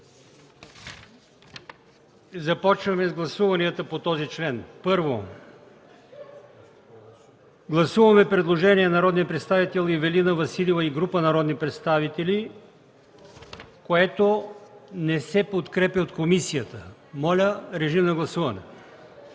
Започваме с гласуванията по този член. Първо, гласуваме предложението на народния представител Ивелина Василева и група народни представители, което не се подкрепя от комисията. Моля, гласувайте.